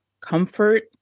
comfort